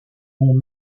vont